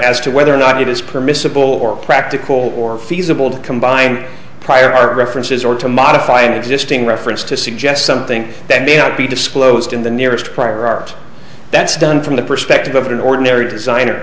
as to whether or not it is permissible or practical or feasible to combine prior art references or to modify existing reference to suggest something that may not be disclosed in the nearest prior art that's done from the perspective of an ordinary designer